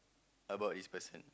about this person